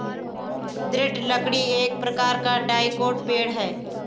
दृढ़ लकड़ी एक प्रकार का डाइकोट पेड़ है